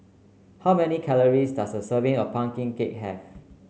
how many calories does a serving of pumpkin cake have